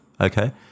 Okay